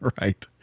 Right